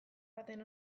baten